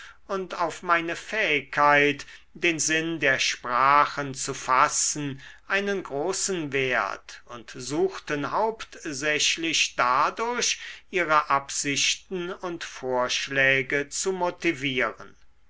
und auf meine fähigkeit den sinn der sprachen zu fassen einen großen wert und suchten hauptsächlich dadurch ihre absichten und vorschläge zu motivieren